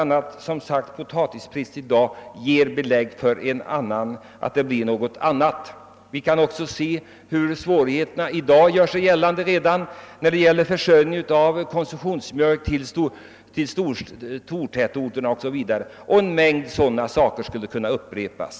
Det höga potatispriset i dag ger belägg för att det inte blir så. Vi kan också se hur svårigheter redan i dag gör sig gällande när det gäller de stora tätorternas försörjning med konsumtionsmjölk. En mängd andra exempel skulle kunna ges.